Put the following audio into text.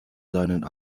seine